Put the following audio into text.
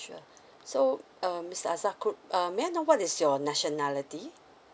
sure so um mister azar cou~ uh may I know what is your nationality